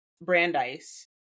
Brandeis